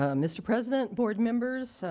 ah mr. president, board members, so